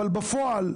אבל בפועל,